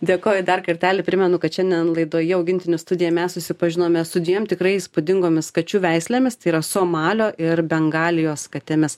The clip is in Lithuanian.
dėkoju dar kartelį primenu kad šiandien laidoje augintinių studija mes susipažinome su dviem tikrai įspūdingomis kačių veislėmis tai yra somalio ir bengalijos katėmis